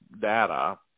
data